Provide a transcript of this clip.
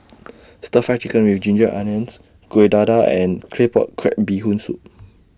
Stir Fry Chicken with Ginger Onions Kuih Dadar and Claypot Crab Bee Hoon Soup